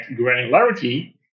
granularity